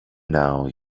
now